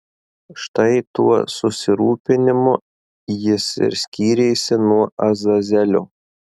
štai tuo susirūpinimu jis ir skyrėsi nuo azazelio